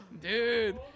Dude